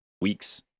weeks